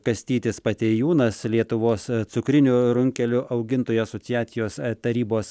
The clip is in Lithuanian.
kastytis patėjunas lietuvos cukrinių runkelių augintojų asociacijos tarybos